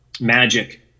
magic